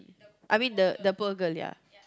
I mean the the poor girl ya